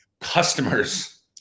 customers